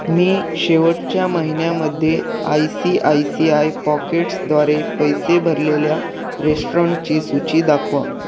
मी शेवटच्या महिन्यामध्ये I C I C I पॉकेट्सद्वारे पैसे भरलेल्या रेस्टॉरंटची सूची दाखवा